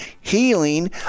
healing